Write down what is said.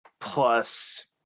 plus